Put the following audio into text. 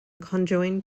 conjoined